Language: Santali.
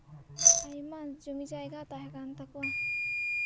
ᱟᱭᱢᱟ ᱡᱚᱢᱤ ᱡᱟᱭᱜᱟ ᱛᱟᱦᱮᱸ ᱠᱟᱱ ᱛᱟᱠᱚᱣᱟ